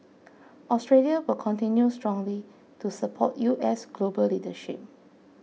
Australia will continue strongly to support U S global leadership